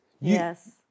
Yes